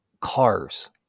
cars